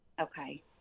Okay